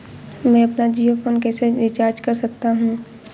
मैं अपना जियो फोन कैसे रिचार्ज कर सकता हूँ?